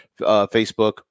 Facebook